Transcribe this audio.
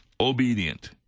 obedient